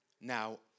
Now